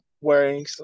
wearing